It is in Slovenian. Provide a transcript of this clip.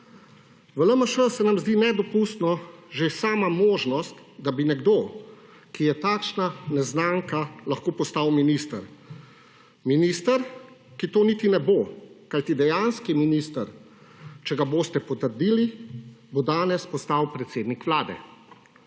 V LMŠ se nam zdi nedopustno že sama možnost, da bi nekdo, ki je takšna neznanka, lahko postal minister. Minister, ki to niti ne bo, kajti dejanski minister, če ga boste potrdili, bo danes postal predsednik Vlade.